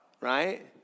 right